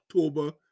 October